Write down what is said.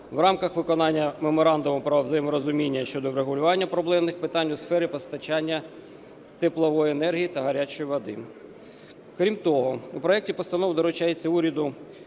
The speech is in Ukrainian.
в рамках виконання Меморандуму про взаєморозуміння щодо врегулювання проблемних питань у сфері постачання теплової енергії та гарячої води. Крім того, у проекті постанови доручається уряду